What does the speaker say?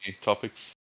topics